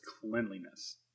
cleanliness